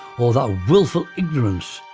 or that willful ignorance,